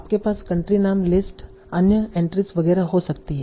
आपके पास कंट्री नाम लिस्ट अन्य एंट्रीज़ वगैरह हो सकती हैं